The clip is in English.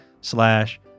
slash